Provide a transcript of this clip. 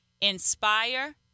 inspire